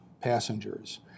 Passengers